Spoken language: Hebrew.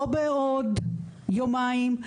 לא בעוד יומיים,